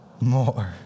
more